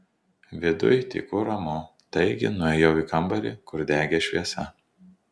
viduj tyku ramu taigi nuėjau į kambarį kur degė šviesa